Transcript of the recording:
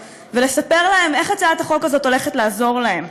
ולספר להם איך הצעת החוק הזאת הולכת לעזור להם.